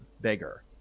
bigger